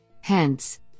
Hence